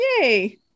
yay